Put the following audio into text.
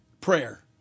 prayer